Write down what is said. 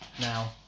now